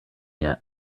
yet